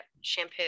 shampoo